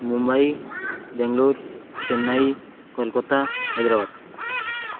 Mumbai Bangalore Chennai Kolkata Hyderabad